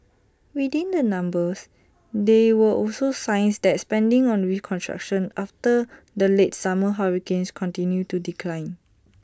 within the numbers there were also signs that spending on reconstruction after the late summer hurricanes continued to decline